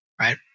right